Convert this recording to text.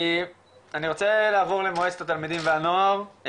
אני רוצה לעבור למועצת התלמידים והנוער,